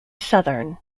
southern